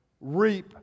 reap